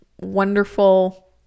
wonderful